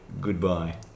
Goodbye